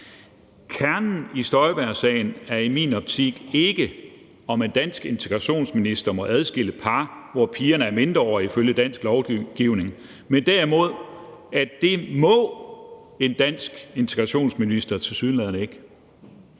Kernen i Støjbergsagen er i min optik ikke, om en dansk integrationsminister må adskille par, hvor pigerne er mindreårige, ifølge dansk lovgivning, men derimod, at det må en dansk integrationsminister tilsyneladende ikke,